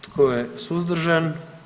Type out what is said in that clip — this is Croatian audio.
Tko je suzdržan?